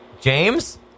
James